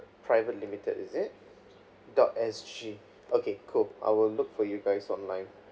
private limited is it dot S_G okay cool I will look for you guys online